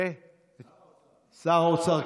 שר האוצר.